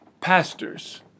Pastors